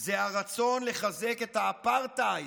זה הרצון לחזק את האפרטהייד,